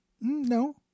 no